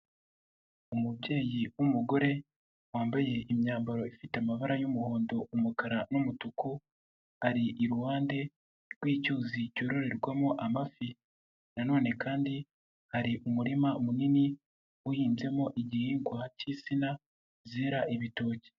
Umubyeyi w'umugore wambaye imyambaro ifite amabara y'umuhondo ,umukara ,n'umutuku, ari iruhande rw'icyuzi cyororerwamo amafi .Na none kandi hari umurima munini uhinzemo igihingwa k'insina zera ibitoki.